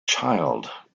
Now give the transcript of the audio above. child